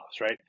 right